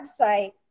website